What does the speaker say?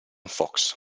fox